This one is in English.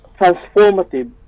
transformative